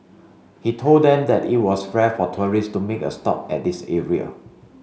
he told them that it was rare for tourist to make a stop at this area